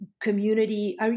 community